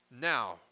Now